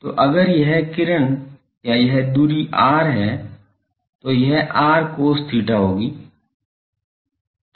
तो अगर यह किरण या यह दूरी r है तो यह r cos theta होगी